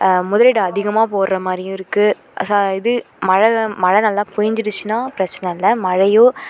முதலீடு அதிகமாக போடுற மாதிரியும் இருக்குது சா இது மழை மழை நல்லா பொழிஞ்சிடுச்சுன்னால் பிரச்சின இல்லை மழையோ